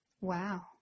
Wow